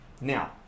Now